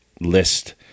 list